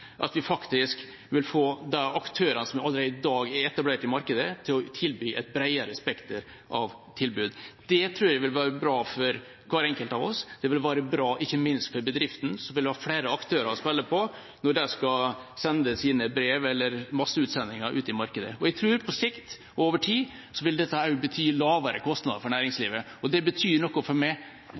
at vi faktisk vil få de aktørene som allerede i dag er etablert i markedet, til å tilby et bredere spekter av tilbud. Det tror jeg vil være bra for hver enkelt av oss. Det vil være bra ikke minst for bedriftene, som vil ha flere aktører å spille på når de skal sende sine brev eller masseutsendinger ut i markedet. Jeg tror på sikt, over tid, at dette også vil bety lavere kostnader for næringslivet. Det betyr noe for meg